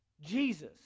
Jesus